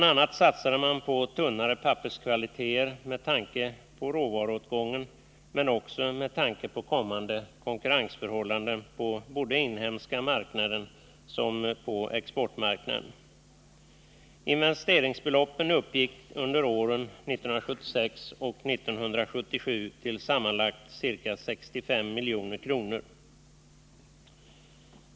a. satsade man på tunnare papperskvaliteter med tanke på råvaruåtgången men också med tanke på kommande konkurrensförhållanden på både den inhemska marknaden och exportmarknaden. Investeringsbeloppen uppgick under åren 1976 och 1977 till sammanlagt ca 65 milj.kr.